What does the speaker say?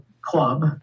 club